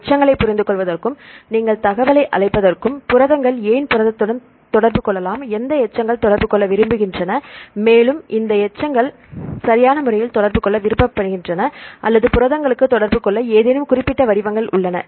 எச்சங்களைப் புரிந்துகொள்வதற்கும் நீங்கள் தகவலை அழைப்பதற்கும் புரதங்கள் ஏன் புரதத்துடன் தொடர்பு கொள்ளலாம் எந்த எச்சங்கள் தொடர்பு கொள்ள விரும்பப்படுகின்றன மேலும் இந்த எச்சங்கள் சரியான முறையில் தொடர்பு கொள்ள விரும்பப்படுகின்றன அல்லது புரதங்களுக்கு தொடர்பு கொள்ள ஏதேனும் குறிப்பிட்ட வடிவங்கள் உள்ளன